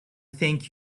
thank